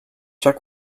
check